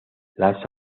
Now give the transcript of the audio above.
las